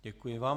Děkuji vám.